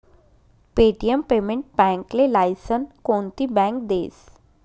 Paytm payment बॅकले license कोनती bank देस?